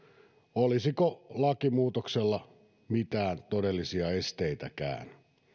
olisiko lakimuutoksella mitään todellisia esteitäkään